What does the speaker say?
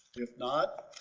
if not,